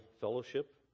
Fellowship